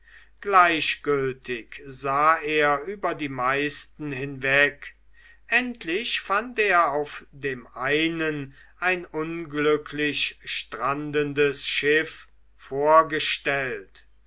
gleichgültig sah er über die meisten hinweg endlich fand er auf dem einen ein unglücklich strandendes schiff vorgestellt